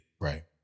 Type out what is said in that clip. Right